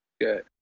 Good